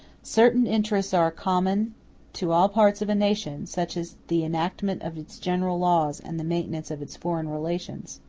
certain interests are common to all parts of a nation, such as the enactment of its general laws and the maintenance of its foreign relations.